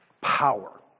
power